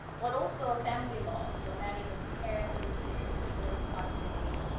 but also family law, so matters of inheritance, marriage, divorce, custody